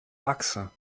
achse